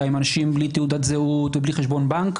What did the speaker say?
עם אנשים בלי תעודת זהות ובלי חשבון בנק,